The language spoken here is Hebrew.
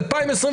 2022,